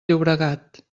llobregat